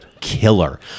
killer